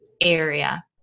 area